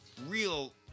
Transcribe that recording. real